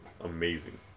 amazing